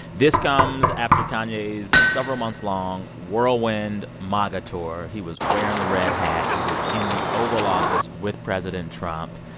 this comes after kanye's several-months-long whirlwind maga tour. he was wearing the red hat. he was in the oval office with president trump.